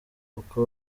uko